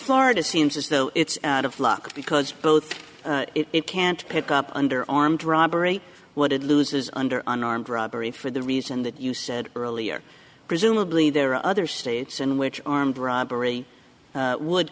florida seems as though it's of luck because both it can't pick up under armed robbery would it loses under an armed robbery for the reason that you said earlier presumably there are other states in which armed robbery would